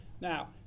Now